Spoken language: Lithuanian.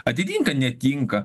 atitinka netinka